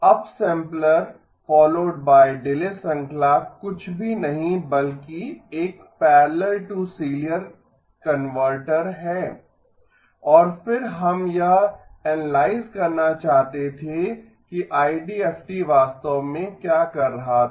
upsampler followed by delay श्रृंखला कुछ भी नहीं बल्कि एक पैरेलल टू सीरियल कनवर्टर है और फिर हम यह एनालाइज करना चाहते थे कि आईडीएफटी वास्तव में क्या कर रहा था